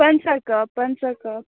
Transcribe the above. پنٛژاہ کَپ پنٛژاہ کَپ